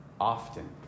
often